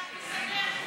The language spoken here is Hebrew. יוסי יונה,